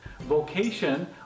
Vocation